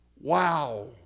Wow